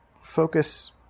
focus